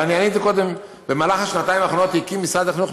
בשנתיים האחרונות הקים משרד החינוך